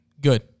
good